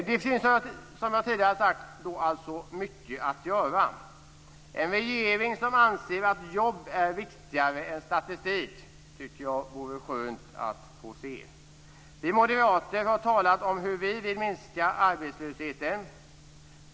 Det finns som jag tidigare har sagt alltså mycket att göra. Jag tycker att det vore skönt att få se en regering som anser att jobb är viktigare än statistik. Vi moderater har talat om hur vi vill minska arbetslösheten.